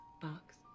box